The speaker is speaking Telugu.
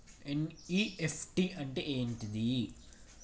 ఎన్.ఇ.ఎఫ్.టి అంటే ఏంటిది?